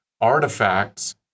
artifacts